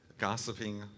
gossiping